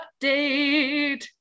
update